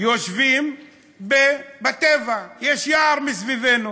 יושבים בטבע, יש יער מסביבנו,